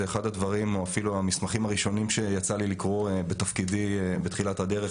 זה אחד המסמכים הראשונים שיצא לי לקרוא בתפקידי בתחילת הדרך.